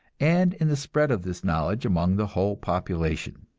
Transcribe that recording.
and in the spread of this knowledge among the whole population.